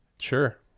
Sure